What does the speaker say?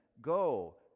go